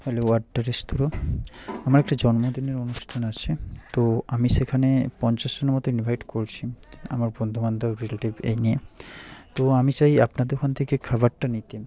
hello Adda restro আমার একটি জন্মদিনের অনুষ্ঠান আসছে তো আমি সেখানে পঞ্চাশ জন মতো ইনভাইট করছি আমার বন্ধু বান্ধব রিলেটিভ এই নিয়ে তো আমি চাই আপনার দোকান থেকে খাবারটা নিতে